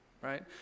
right